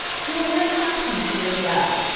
who were come from syria,